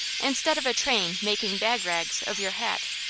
instead of a train making bag-rags of your hat.